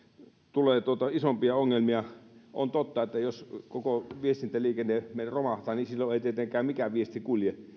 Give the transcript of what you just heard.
tulee isompia ongelmia on totta että jos koko viestintäliikenne meillä romahtaa niin silloin ei tietenkään mikään viesti kulje